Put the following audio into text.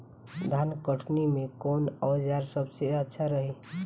धान कटनी मे कौन औज़ार सबसे अच्छा रही?